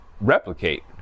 replicate